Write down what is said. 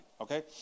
okay